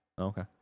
Okay